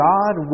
God